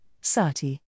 Sati